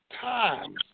times